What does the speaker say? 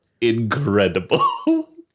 incredible